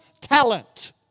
talent